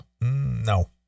No